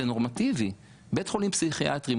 בית חולים פסיכיאטרי,